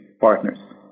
partners